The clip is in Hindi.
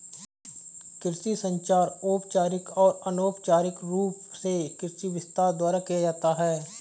कृषि संचार औपचारिक और अनौपचारिक रूप से कृषि विस्तार द्वारा किया जाता है